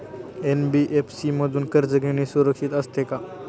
NBFC मधून कर्ज घेणे सुरक्षित असते का?